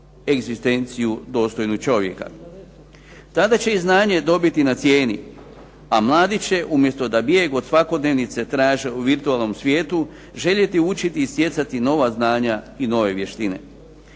egzistenciju dostojnu čovjeka. Tada će i znanje dobiti na cijeni, a mladi će umjesto da bijeg od svakodnevice traže u virtualnom svijetu željeti učiti i stjecati nova znanja i nove vještine.